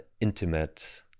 intimate